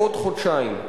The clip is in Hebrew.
בעוד חודשיים,